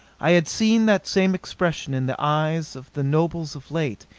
i had seen that same expression in the eyes of the nobles of late,